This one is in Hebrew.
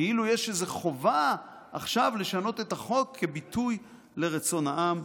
כאילו יש איזה חובה עכשיו לשנות את החוק כביטוי לרצון העם,